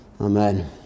Amen